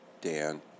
Dan